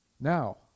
Now